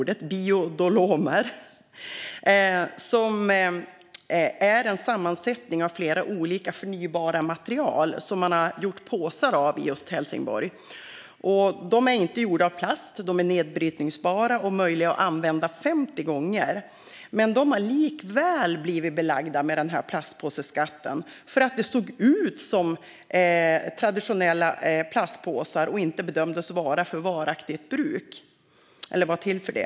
Det är en sammansättning av flera olika förnybara material som man har gjort påsar av i Helsingborg. De är inte gjorda av plast. De är nedbrytbara och möjliga att använda 50 gånger. Men de har likväl blivit belagda med plastpåseskatten för att de såg ut som traditionella plastpåsar och inte bedömdes vara till för varaktigt bruk. Herr talman!